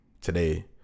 today